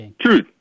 true